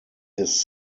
his